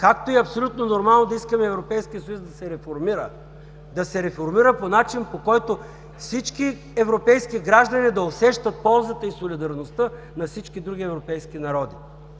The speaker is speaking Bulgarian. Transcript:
Както е и абсолютно нормално, да искаме Европейският съюз да се реформира, да се реформира по начин, по който всички европейски граждани да усещат ползата и солидарността на всички други европейски народи.